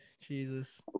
Jesus